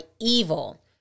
evil